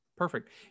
Perfect